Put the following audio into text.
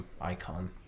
icon